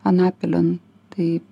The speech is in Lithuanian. anapilin tai